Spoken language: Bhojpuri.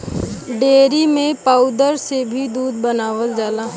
डेयरी में पौउदर से भी दूध बनावल जाला